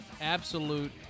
absolute